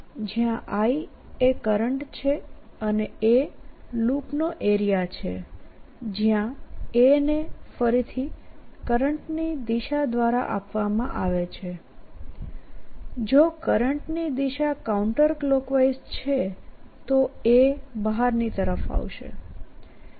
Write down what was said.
જયાં I એ current છે અને a લૂપનો એરિયા છે જ્યાં a ને ફરીથી કરંટની દિશા દ્વારા આપવામાં આવે છેજો કરંટની દિશા કાઉન્ટર ક્લોકવાઇઝ છે તો aબહારની તરફ આવશે